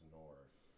north